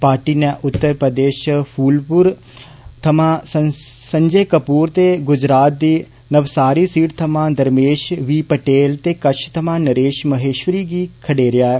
party ने उत्तर प्रदेष च फूलपुर थमां संजय कपूर ते गुजराते दी नवसारि सीट थमां धर्मेष बी पटेल ते कच्छ थमां नरेष महेष्वरी गी खडेरेआ ऐ